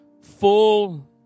Full